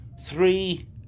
three